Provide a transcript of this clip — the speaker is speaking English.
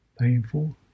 painful